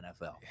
nfl